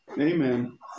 Amen